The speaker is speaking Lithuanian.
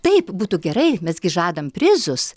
taip būtų gerai mes gi žadam prizus